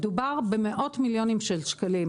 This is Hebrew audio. מדובר במאות מיליוני שקלים.